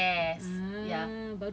yes ya